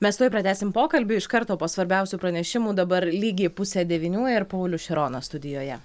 mes tuoj pratęsim pokalbį iš karto po svarbiausių pranešimų dabar lygiai pusė devynių ir paulius šironas studijoje